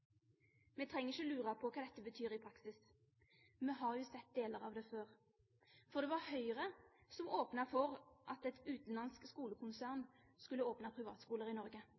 Vi trenger ikke lure på hva dette betyr i praksis. Vi har jo sett deler av det før. Det var Høyre som åpnet for at et utenlandsk skolekonsern skulle åpne privatskoler i Norge.